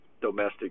domestic